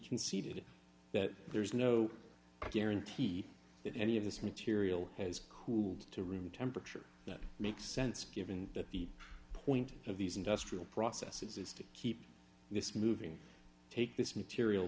conceded that there is no guarantee that any of this material has cooled to room temperature that makes sense given that the point of these industrial processes is to keep this moving take this material